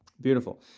Beautiful